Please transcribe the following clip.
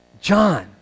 John